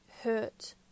hurt